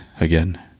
again